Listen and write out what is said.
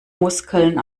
muskeln